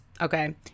okay